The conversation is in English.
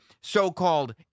so-called